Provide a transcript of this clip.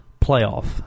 playoff